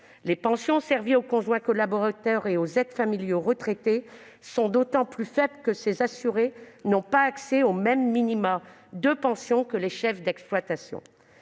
Les pensions servies aux conjoints collaborateurs et aux aides familiaux retraités sont d'autant plus faibles que ces assurés n'ont pas accès aux mêmes minima de pension que les chefs d'exploitation.